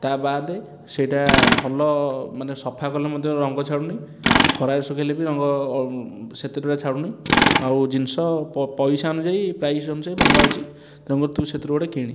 ତା ବାଦେ ସେଇଟା ଭଲ ମାନେ ସଫା କଲେ ମଧ୍ୟ ରଙ୍ଗ ଛାଡ଼ୁନି ଖରାରେ ଶୁଖାଇଲେ ବି ରଙ୍ଗ ସେଥିରୁ ଛାଡ଼ୁନି ଆଉ ଜିନଷ ପ ପଇସା ଅନୁଯାୟୀ ପ୍ରାଇସ୍ ଅନୁଯାୟୀ ଭଲ ଅଛି ଏବଂ ତେଣୁକରି ତୁ ସେଥିରୁ ଗୋଟେ କିଣି